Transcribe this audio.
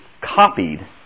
copied